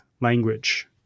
language